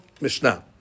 Mishnah